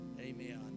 amen